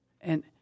And-